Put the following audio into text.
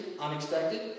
unexpected